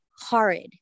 horrid